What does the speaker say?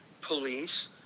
Police